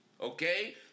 okay